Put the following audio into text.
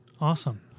Awesome